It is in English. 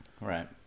Right